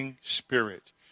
spirit